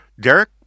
Derek